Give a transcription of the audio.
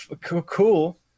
cool